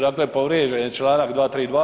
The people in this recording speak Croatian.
Dakle, povrijeđen je članak 232.